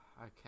Okay